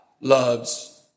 loves